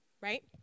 right